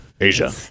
Asia